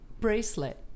bracelet